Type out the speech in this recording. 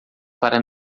para